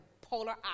polar